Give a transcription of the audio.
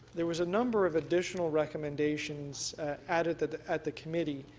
there was a number of additional recommendations added at the at the committee,